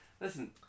Listen